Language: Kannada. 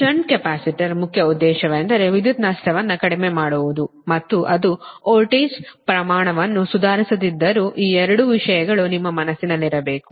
ಷಂಟ್ ಕೆಪಾಸಿಟರ್ ಮುಖ್ಯ ಉದ್ದೇಶವೆಂದರೆ ವಿದ್ಯುತ್ ನಷ್ಟವನ್ನು ಕಡಿಮೆ ಮಾಡುವುದು ಮತ್ತು ಅದು ವೋಲ್ಟೇಜ್ ಪ್ರಮಾಣವನ್ನು ಸುಧಾರಿಸದಿದ್ದರೂ ಈ ಎರಡು ವಿಷಯಗಳು ನಿಮ್ಮ ಮನಸ್ಸಿನಲ್ಲಿರಬೇಕು